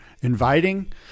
inviting